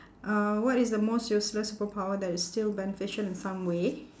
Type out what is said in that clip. uh what is the most useless superpower that is still beneficial in some way